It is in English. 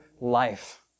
life